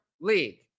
league